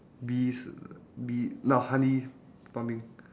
bees bee not honey farming